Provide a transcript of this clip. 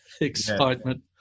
excitement